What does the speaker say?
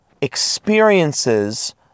experiences